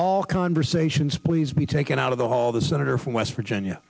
all conversations please be taken out of the hall the senator from west virginia